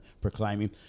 proclaiming